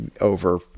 over